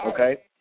okay